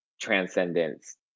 transcendence